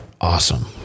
Awesome